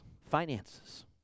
Finances